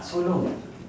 so long ah